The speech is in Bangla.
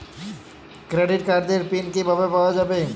ক্রেডিট কার্ডের পিন কিভাবে পাওয়া যাবে?